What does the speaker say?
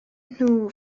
nhw